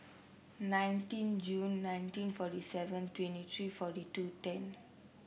nineteen Jun nineteen forty seven twenty three forty two ten